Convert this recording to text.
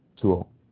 tool